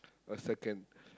a second